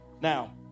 Now